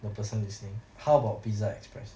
the person listening how about pizza express